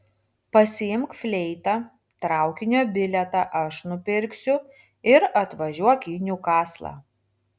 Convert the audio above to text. pasiimk fleitą traukinio bilietą aš nupirksiu ir atvažiuok į niukaslą